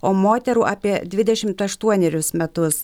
o moterų apie dvidešimt aštuonerius metus